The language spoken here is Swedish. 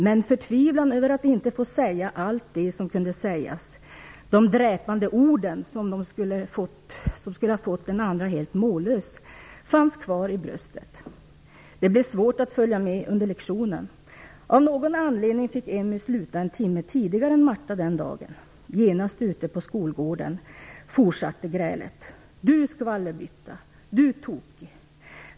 Men förtvivlan över att inte få säga allt det som kunde sägas, de dräpande orden som skulle fått den andra helt mållös, fanns kvar i bröstet. Det blev svårt att följa med under lektionen. Av någon anledning fick Emmy sluta en timme tidigare än Marta den dagen. Genast ute på skolgården fortsatte grälet. - Du skvallerbytta. - Du tokig.